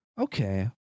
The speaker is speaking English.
Okay